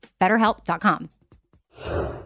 BetterHelp.com